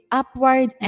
upward